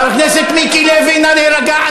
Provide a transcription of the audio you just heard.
חבר הכנסת מיקי לוי, נא להירגע.